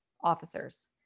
officers